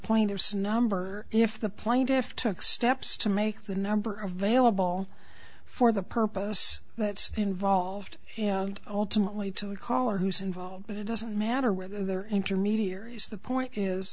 was number if the plaintiff took steps to make the number available for the purpose that involved alternately to call or who's involved but it doesn't matter whether they're intermediaries the point is